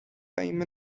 time